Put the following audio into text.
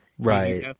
right